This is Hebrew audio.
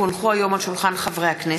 כי הונחו היום על שולחן הכנסת,